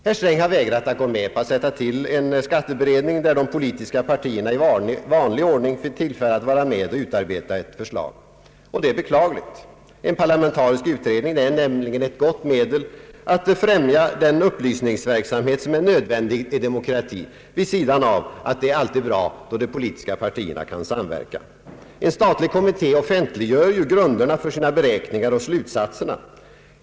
Herr Sträng har vägrat att gå med på att sätta till en skatteberedning där de politiska partierna i vanlig ordning fick tillfälle att vara med och utarbeta ett förslag. Det är beklagligt. En parlamentarisk utredning är nämligen ett gott medel att främja den upplysningsverksamhet, som är nödvändig i en demokrati vid sidan av att det alltid är bra då de politiska partierna kan samverka. En statlig kommitté offentliggör ju grunderna för sina beräkningar och slutsatserna.